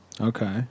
Okay